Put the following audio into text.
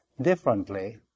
differently